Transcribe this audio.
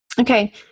Okay